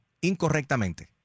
incorrectamente